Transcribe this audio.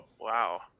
Wow